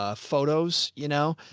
ah photos, you know,